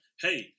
hey